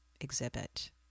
exhibit